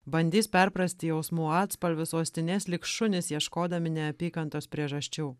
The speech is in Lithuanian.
bandys perprasti jausmų atspalvius uostinės lyg šunys ieškodami neapykantos priežasčių